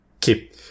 keep